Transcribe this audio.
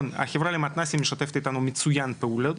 החברה למתנסים שמשתפת איתנו מצוין פעולה,